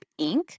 Inc